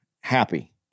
happy